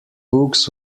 books